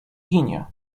ginie